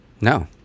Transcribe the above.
No